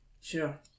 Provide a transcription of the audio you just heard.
sure